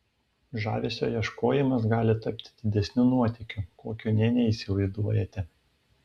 žavesio ieškojimas gali tapti didesniu nuotykiu kokio nė neįsivaizduojate